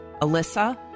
Alyssa